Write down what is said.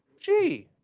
gee.